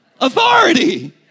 Authority